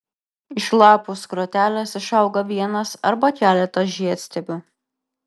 iš lapų skrotelės išauga vienas arba keletas žiedstiebių